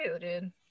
dude